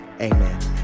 amen